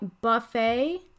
Buffet